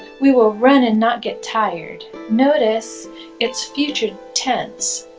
we will run and not get tired. notice it's future tense.